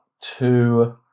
two